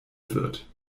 wird